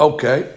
Okay